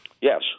Yes